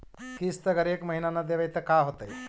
किस्त अगर एक महीना न देबै त का होतै?